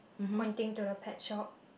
pointing to the pet shop